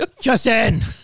Justin